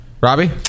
Robbie